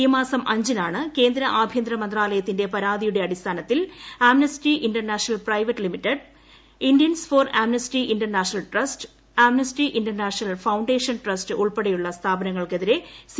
ഈ മാസം അഞ്ചിനാണ് കേന്ദ്ര ആഭ്യന്തര മന്ത്രാലയത്തിന്റെ പരാതിയുടെ അടിസ്ഥാനത്തിൽ Amnesty International India Private Limited Indians for Amnesty International Trust Amnesty International Foundation Trust ഉൾപ്പെടെയുള്ള സ്ഥാപനങ്ങൾക്കെതിരെ സി